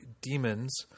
demons